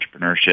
entrepreneurship